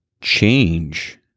change